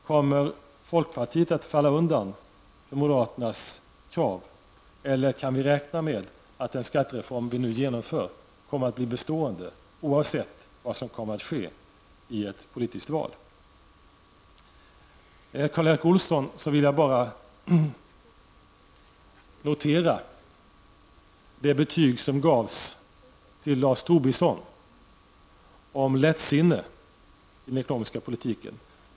Kommer folkpartiet att falla undan för moderaternas krav eller kan vi räkna med att den skattereform som vi nu genomför kommer att bli bestående, oavsett vad som kommer att ske i ett politiskt val? När det gäller Karl Erik Olsson vill jag bara notera det betyg han gav Lars Tobisson om lättsinne i den ekonomiska politiken.